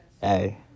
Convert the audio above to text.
Hey